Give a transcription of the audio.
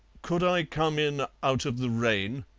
could i come in out of the rain?